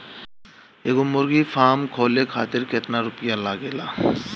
एगो मुर्गी फाम खोले खातिर केतना रुपया लागेला?